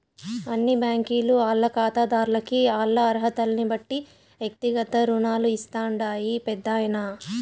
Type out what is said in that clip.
అన్ని బ్యాంకీలు ఆల్ల కాతాదార్లకి ఆల్ల అరహతల్నిబట్టి ఎక్తిగత రుణాలు ఇస్తాండాయి పెద్దాయనా